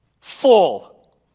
Full